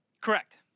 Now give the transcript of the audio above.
Correct